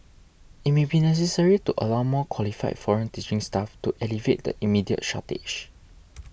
it may be necessary to allow more qualified foreign teaching staff to alleviate the immediate shortage